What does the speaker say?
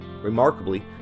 Remarkably